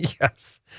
Yes